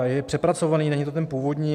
Je přepracovaný, není to ten původní.